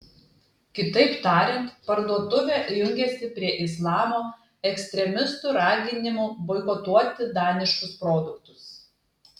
kitaip tariant parduotuvė jungiasi prie islamo ekstremistų raginimų boikotuoti daniškus produktus